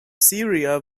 syria